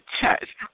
church